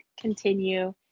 continue